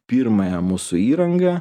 pirmąją mūsų įrangą